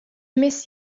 miss